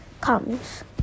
comes